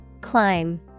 Climb